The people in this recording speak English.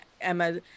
emma